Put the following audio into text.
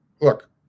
Look